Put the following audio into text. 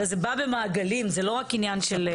הרי זה בא במעגלים, זה לא רק עניין של.